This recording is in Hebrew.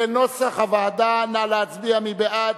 כנוסח הוועדה, נא להצביע, מי בעד?